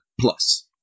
plus